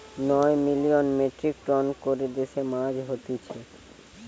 নয় million metric ton করে দেশে মাছ হতিছে